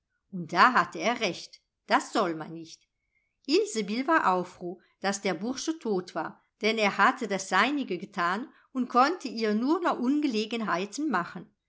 da hatte er recht das soll man nicht ilsebill war auch froh daß der bursche tot war denn er hatte das seinige getan und konnte ihr nur noch ungelegenheiten machen